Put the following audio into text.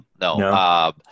no